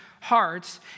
hearts